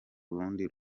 rundi